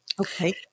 Okay